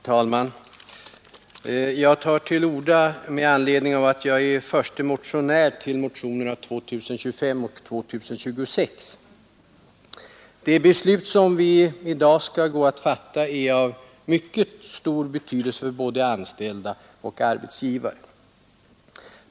Herr talman! Jag tar till orda med anledning av att jag är förstemotionär till motionerna 2025 och 2026. Det beslut som vi i dag skall gå att fatta är av mycket stor betydelse för både anställda och arbetsgivare.